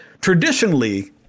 traditionally